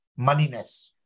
moneyness